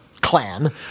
clan